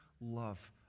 love